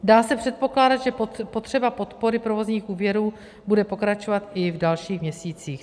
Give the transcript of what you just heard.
Dá se předpokládat, že potřeba podpory provozních úvěrů bude pokračovat i v dalších měsících.